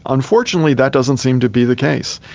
unfortunately that doesn't seem to be the case.